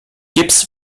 gips